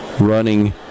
running